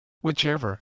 Whichever